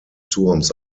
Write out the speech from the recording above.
turms